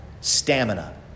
stamina